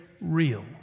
real